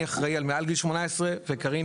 כי אני אחראי על מעל גיל 18. קרין,